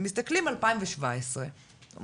ומסתכלים על 2017 ואומרים: